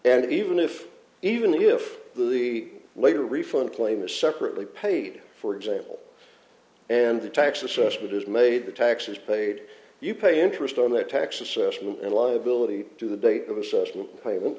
and even if even if the later refund claim is separately paid for example and the tax assessment is made the tax is paid you pay interest on that tax assessment and liability to the date of assessment pay